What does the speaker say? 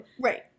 Right